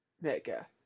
Mega